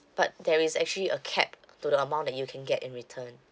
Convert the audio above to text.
but there is actually a cap to the amount that you can get in return